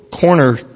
corner